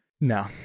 No